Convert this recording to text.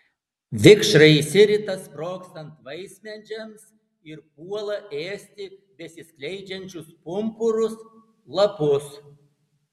vikšrai išsirita sprogstant vaismedžiams ir puola ėsti besiskleidžiančius pumpurus lapus